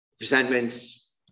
resentments